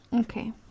Okay